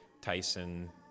Tyson